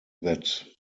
that